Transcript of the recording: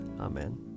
Amen